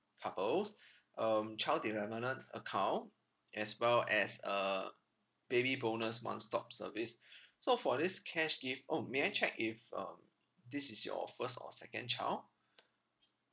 couples um child development account as well as a baby bonus one stop service so for this cash gift oh may I check if um this is your first or second child